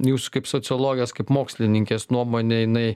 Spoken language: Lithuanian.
jūsų kaip sociologės kaip mokslininkės nuomone jinai